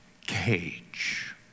cage